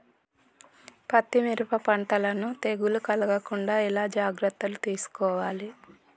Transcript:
పత్తి మిరప పంటలను తెగులు కలగకుండా ఎలా జాగ్రత్తలు తీసుకోవాలి?